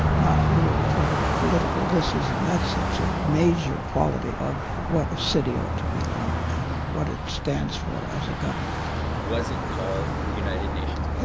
not little sort of political this's and that's. it's a major quality of what a city ought to be like and what it stands for as a government was it called united nations but